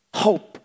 hope